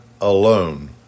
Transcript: alone